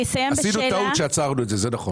עשינו טעות כשעצרנו את זה, זה נכון.